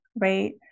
right